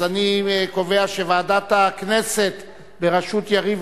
אז אני קובע שוועדת הכנסת בראשות יריב